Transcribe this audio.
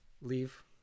leave